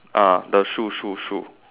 ah the shoe shoe shoe